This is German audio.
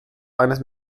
eines